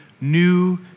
new